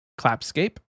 Clapscape